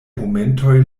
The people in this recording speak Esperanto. momentoj